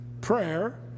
Prayer